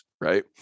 right